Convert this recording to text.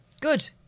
Good